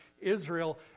Israel